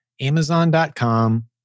Amazon.com